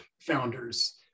founders